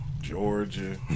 Georgia